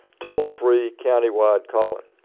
toll-free county wide calling.